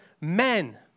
men